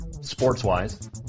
sports-wise